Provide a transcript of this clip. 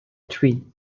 tree